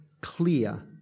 clear